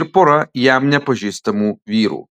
ir pora jam nepažįstamų vyrų